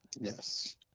Yes